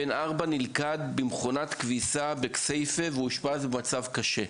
בן 4 נלכד במכונת כביסה בכסייפה ואושפז במצב קשה,